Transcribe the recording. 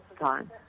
time